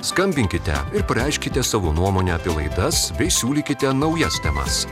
skambinkite ir pareikškite savo nuomonę apie laidas bei siūlykite naujas temas